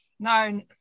no